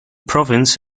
province